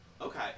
Okay